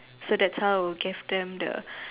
so that's how we gave them the